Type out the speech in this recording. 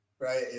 right